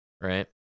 right